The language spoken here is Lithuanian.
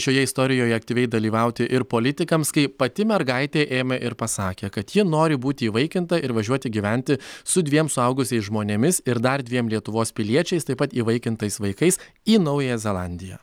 šioje istorijoje aktyviai dalyvauti ir politikams kai pati mergaitė ėmė ir pasakė kad ji nori būti įvaikinta ir važiuoti gyventi su dviem suaugusiais žmonėmis ir dar dviem lietuvos piliečiais taip pat įvaikintais vaikais į naująją zelandiją